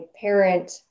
parent